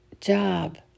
job